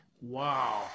Wow